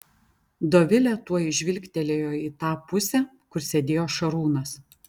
dovilė tuoj žvilgtelėjo į tą pusę kur sėdėjo šarūnas